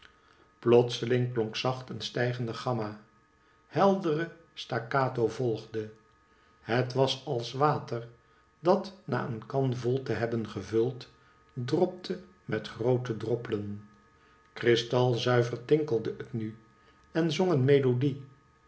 plotseling klonk zacht een stijgende gamma heldere staccato volgde het was als water dat na een kan vol te hebben gevuld dropte met groote droppelen kxistalzuiver tinkelde het nu en zong een melodic